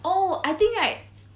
oh I think right